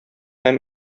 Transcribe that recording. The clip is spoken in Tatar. һәм